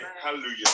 Hallelujah